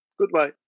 Goodbye